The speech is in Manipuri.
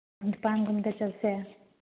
ꯅꯤꯄꯥꯟꯒꯨꯝꯕꯗ ꯆꯠꯁꯦ